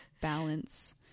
balance